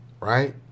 right